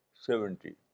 seventy